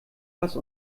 was